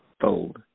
fold